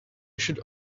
should